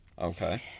Okay